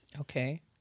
okay